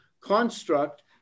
construct